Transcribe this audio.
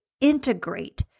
integrate